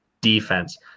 defense